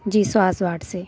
जी सुहास वाड से